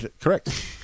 Correct